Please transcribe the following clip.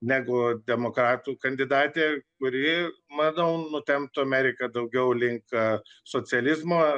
negu demokratų kandidatė kuri manau nutemptų ameriką daugiau link socializmo